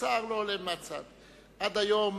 עד היום,